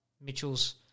Mitchell's